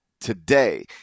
today